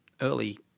early